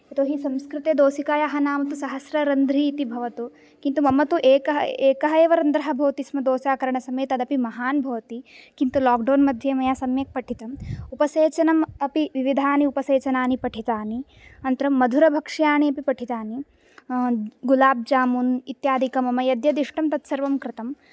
यतोऽहि संस्कृते दोसिकायाः नाम सहस्त्ररन्ध्री इति भवतु किन्तु मम तु एकः एकः एव रन्ध्रः भवति स्म दोसा करणसमये तदपि महान् भवति किन्तु लक्डौन् मध्ये मया सम्यक् पठितम् उपसेचनम् अपि विविधानि उपसेचनानि पठितानि अनन्तरं मधुरभक्ष्याणि अपि पठितानि गुलाब्जामून् इत्यादिकं मम यत् यत् इष्टं तत् सर्वं कृतम्